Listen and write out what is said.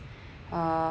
uh